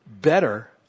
better